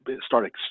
start